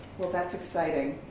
well that's exciting.